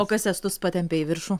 o kas estus patempė į viršų